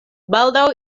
baldaŭ